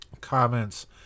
comments